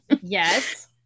Yes